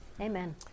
Amen